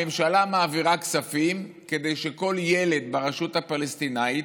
הממשלה מעבירה כספים כדי שכל ילד ברשות הפלסטינית,